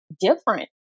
different